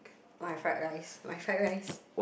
my fried rice my fried rice